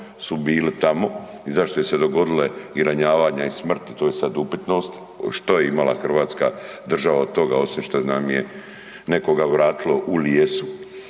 su bili tamo i zašto su se dogodile i ranjavanje i smrt, to je sad upitnost što je imala hrvatska država od toga, osim što nam je nekoga vratilo u lijesu.